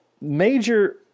major